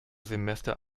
semester